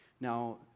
Now